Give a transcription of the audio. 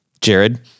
Jared